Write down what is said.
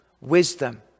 wisdom